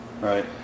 Right